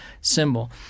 symbol